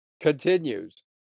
continues